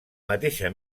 mateixa